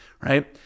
right